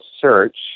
search